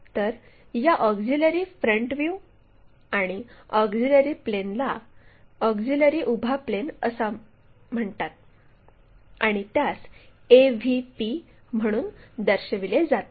तर या auxiliary front view आणि ऑक्झिलिअरी प्लेनला ऑक्झिलिअरी उभा प्लेन असे म्हणतात आणि त्यास AVP म्हणून दर्शविले जाते